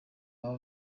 baba